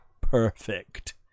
perfect